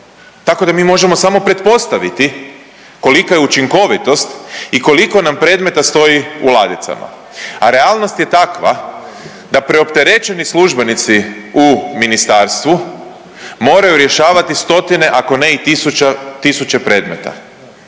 Tako da mi možemo samo pretpostaviti kolika je učinkovitost i koliko nam predmeta stoji u ladicama, a realnost je takva da preopterećeni službenici u ministarstvu moraju rješavati 100-tine, ako ne i 1000-e predmeta